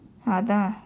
அதான்:athaan